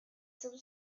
some